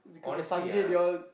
honestly ah